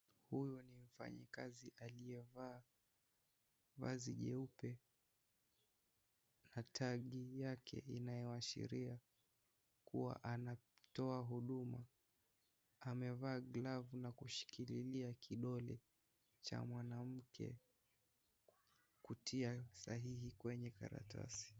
Huyu ni mfanyikazi aliyevaa vazi jeupe na tagi yake inayoashiria kuwa anatoa huduma, amevaa glavu na kushikililia kidole cha mwanamke kutia sahihi kwenye karatasi.